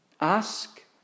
Ask